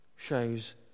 shows